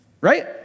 Right